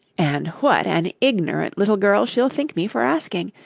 and what an ignorant little girl she'll think me for asking!